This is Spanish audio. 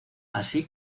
así